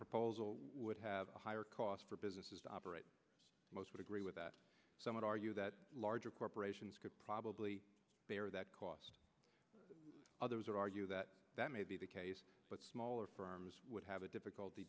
proposal would have a higher cost for businesses operate most would agree with that some would argue that larger corporations could probably bear that cost others or argue that that may be the case but smaller firms would have a difficulty